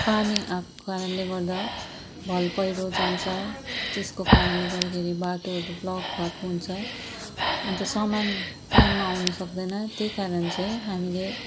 पानी आएको कारणले गर्दा भल पहिरो जान्छ त्यसको कारणले गर्दाखेरि बाटोहरू ब्लक भएको हुन्छ अन्त सामान टाइममा आउनु सक्दैन त्यही कारण चाहिँ हामीले